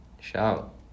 Shout